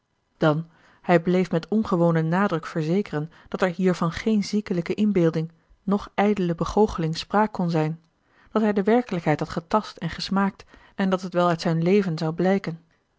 dan hij bleef met ongewonen nadruk verzekeren dat er hier van geene ziekelijke inbeelding noch ijdele begoocheling spraak kon zijn dat hij de werkelijkheid had getast en gesmaakt en dat het wel uit zijn leven zou blijken